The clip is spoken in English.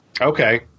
Okay